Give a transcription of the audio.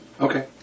Okay